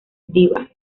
diva